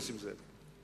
נסים זאב.